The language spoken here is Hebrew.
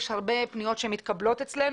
יש הרבה פניות שמתקבלות אצלנו,